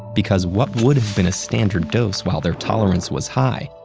because what would have been a standard dose while their tolerance was high,